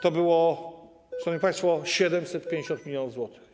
To było, szanowni państwo, 750 mln zł.